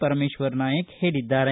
ಪರಮೇಶ್ವರನಾಯ್ಕ ಹೇಳದ್ದಾರೆ